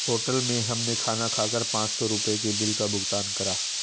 hotel में हमने खाना खाकर पाँच सौ रुपयों के बिल का भुगतान करा